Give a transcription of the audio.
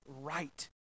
right